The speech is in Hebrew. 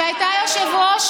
שהייתה יושבת-ראש